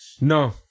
No